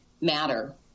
matter